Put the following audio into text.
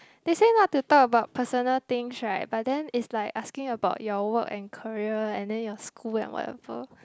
they say not to talk about personal things right but then is like asking you about your work and career and then your school and whatever